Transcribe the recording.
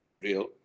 real